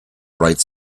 bright